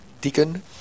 Deacon